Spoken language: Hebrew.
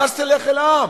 ואז תלך אל העם.